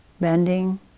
bending